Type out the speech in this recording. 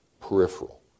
peripheral